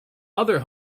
other